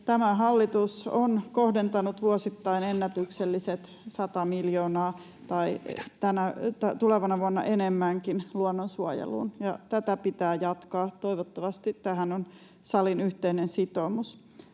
Tämä hallitus on kohdentanut vuosittain ennätykselliset 100 miljoonaa, tai tulevana vuonna enemmänkin, luonnonsuojeluun, ja tätä pitää jatkaa. Toivottavasti tähän on salin yhteinen sitoumus.